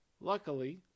Luckily